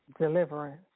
deliverance